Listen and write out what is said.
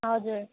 हजुर